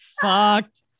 fucked